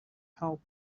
help